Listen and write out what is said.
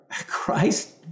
Christ